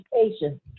education